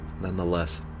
nonetheless